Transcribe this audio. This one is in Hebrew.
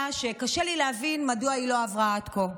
שקשה לי להבין מדוע היא לא עברה עד כה.